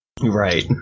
Right